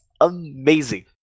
amazing